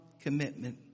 commitment